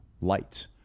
lights